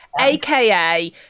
AKA